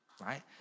right